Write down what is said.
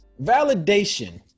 Validation